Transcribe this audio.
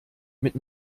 mit